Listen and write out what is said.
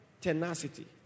tenacity